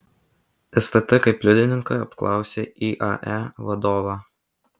stt kaip liudininką apklausė iae vadovą